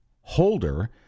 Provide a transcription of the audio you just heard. holder